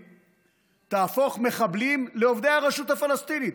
תהפוך מחבלים לעובדי הרשות הפלסטינית.